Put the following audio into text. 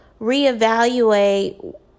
reevaluate